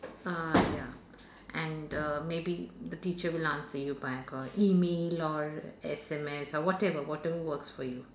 uh ya and err maybe the teacher will answer you by a email or S_M_S or whatever whatever works for you